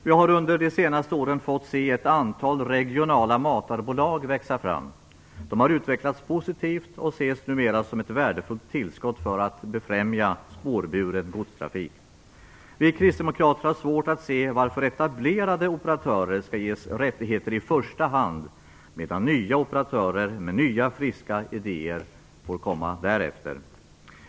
Vi har under de senaste åren fått se ett antal regionala matarbolag växa fram. De har utvecklats positivt och ses numera som ett värdefullt tillskott för att befrämja spårburen godstrafik. Vi kristdemokrater har svårt att se varför etablerade operatörer skall ges rättigheter i första hand medan nya operatörer med nya friska idéer får komma efter.